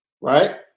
Right